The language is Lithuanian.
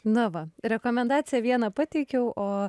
na va rekomendaciją vieną pateikiau o